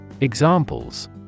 Examples